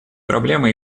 проблемы